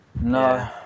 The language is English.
No